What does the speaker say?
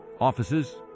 offices